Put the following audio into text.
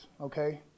okay